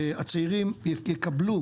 הצעירים יקבלו,